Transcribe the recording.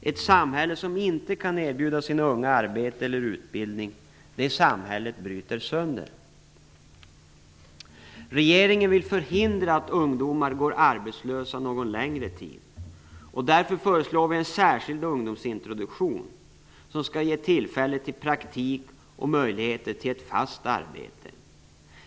Ett samhälle som inte kan erbjuda sina unga arbete eller utbildning bryts sönder. Regeringen vill förhindra att ungdomar går arbetslösa någon längre tid. Därför föreslår vi en särskild ungdomsintroduktion som skall ge tillfälle till praktik och möjligheter till ett fast arbete.